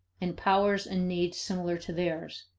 and powers and needs similar to theirs.